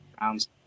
rounds